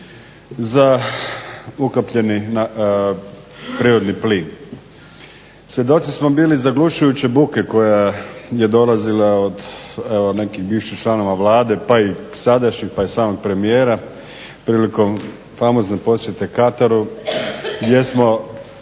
za ukapljeni prirodni plin. Svjedoci smo bili zaglušujuće buke koja je dolazila od, evo nekih bivših članova Vlade pa i sadašnjih, pa i samog premijera prilikom famozne posjete Kataru gdje smo